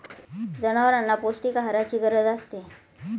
जनावरांना पौष्टिक आहाराची गरज असते